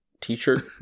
t-shirt